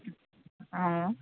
অঁ